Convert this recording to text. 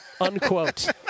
Unquote